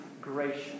gracious